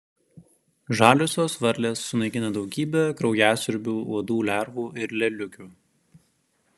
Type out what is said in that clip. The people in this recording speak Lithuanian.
žaliosios varlės sunaikina daugybę kraujasiurbių uodų lervų ir lėliukių